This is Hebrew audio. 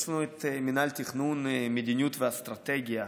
יש לנו את מינהל תכנון מדיניות ואסטרטגיה,